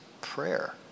prayer